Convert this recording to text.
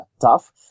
tough